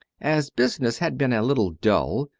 as business had been a little dull,